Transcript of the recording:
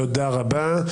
תודה רבה.